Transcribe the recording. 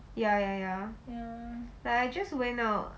ya ya ya like I just went out err